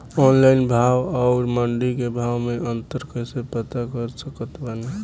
Online भाव आउर मंडी के भाव मे अंतर कैसे पता कर सकत बानी?